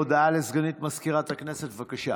הודעה לסגנית מזכירת הכנסת, בבקשה.